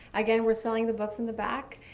again, we're selling the books in the back.